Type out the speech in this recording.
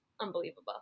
unbelievable